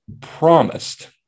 promised